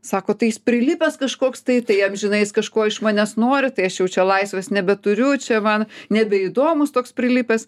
sako tai jis prilipęs kažkoks tai tai amžinai jis kažkuo iš manęs nori tai aš jau čia laisvės nebeturiu čia man nebeįdomus toks prilipęs